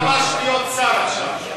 אתה יכול ממש להיות שר עכשיו.